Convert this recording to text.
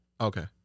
okay